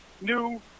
new